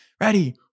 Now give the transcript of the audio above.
Ready